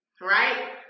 right